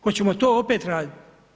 Hoćemo to opet raditi?